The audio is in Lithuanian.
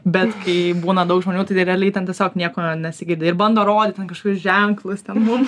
bet kai būna daug žmonių tai realiai ten tiesiog nieko nesigirdi ir bando rodyt ten kažkokius ženklus ten mums